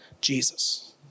Jesus